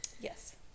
Yes